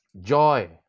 joy